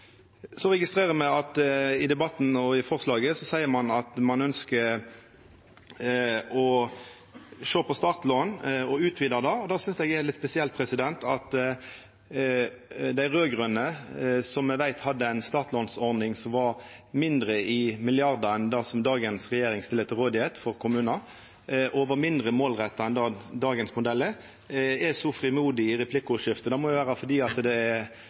Så registrerer me at i debatten og i forslaget seier ein at ein ønskjer å sjå på startlån og å utvida det. Eg synest det er litt spesielt at dei raud-grøne, som me veit hadde ei startlånordning som var mindre i milliardar enn det som dagens regjering stiller til rådvelde for kommunane, og som var mindre målretta enn det dagens modell er, er så frimodige i replikkordskiftet. Det må vera fordi det er